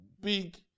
big